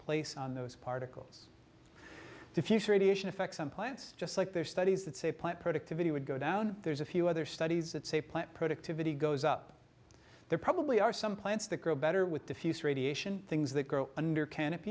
place on those particles diffuse radiation effects on plants just like there are studies that say plant productivity would go down there's a few other studies that say plant productivity goes up there probably are some plants that grow better with diffuse radiation things that grow under can